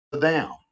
down